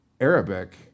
Arabic